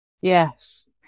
Yes